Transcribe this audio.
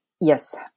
yes